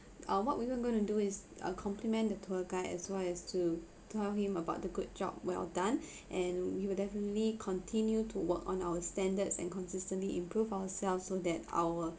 uh what we going to do is uh compliment the tour guide as well as to tell him about the good job well done and we will definitely continue to work on our standards and consistently improve ourselves so that our